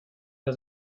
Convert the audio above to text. der